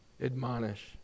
admonish